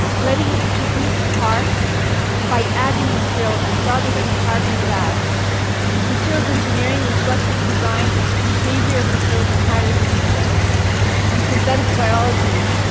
letting us produce parts by adding material rather than carving it out materials engineering, which lets us design behavior of materials in high resolution and synthetic biology,